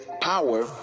power